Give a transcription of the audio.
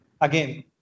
again